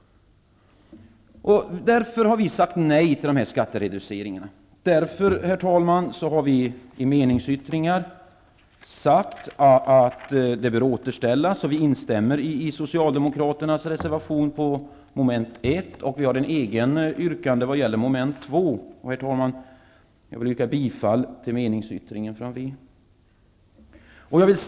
Därför har vi sagt nej till de här skattereduceringarna. Därför, herr talman, har vi i meningsyttringar sagt att det bör återställas. Vi instämmer i Socialdemokraternas reservation i mom. 1, och vi har ett eget yrkande i vad gäller mom. 2. Herr talman! Jag yrkar bifall till meningsyttringen från Vänsterpartiet.